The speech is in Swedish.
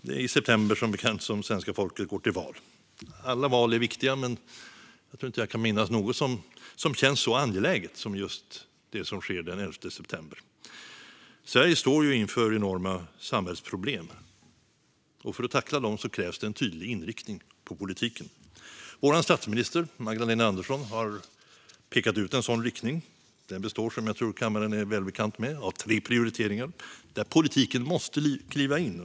Det är som bekant i september som svenska folket går till val. Alla val är viktiga, men jag tror inte att jag kan minnas något som har känts så angeläget som just det som sker den 11 september. Sverige står ju inför enorma samhällsproblem. För att tackla dem krävs det en tydlig inriktning på politiken. Vår statsminister Magdalena Andersson har pekat ut en sådan riktning. Den består, vilket jag tror att kammaren är väl bekant med, av tre prioriteringar där politiken måste kliva in.